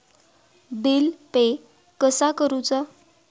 Bill pay कसा करुचा?